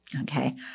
Okay